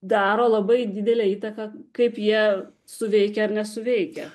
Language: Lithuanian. daro labai didelę įtaką kaip jie suveikia ar nesuveikia